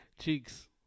Cheeks